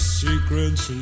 secrets